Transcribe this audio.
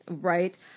Right